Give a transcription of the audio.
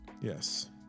Yes